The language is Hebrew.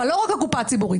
אבל לא רק הקופה הציבורית,